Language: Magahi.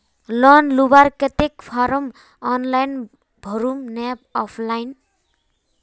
लोन लुबार केते फारम ऑनलाइन भरुम ने ऑफलाइन?